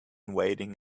waiting